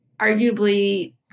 arguably